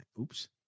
Oops